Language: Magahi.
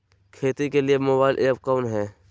खेती के लिए मोबाइल ऐप कौन है?